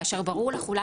כאשר ברור לכולם,